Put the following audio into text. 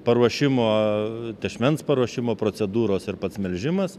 paruošimo tešmens paruošimo procedūros ir pats melžimas